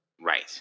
Right